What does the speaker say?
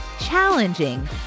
challenging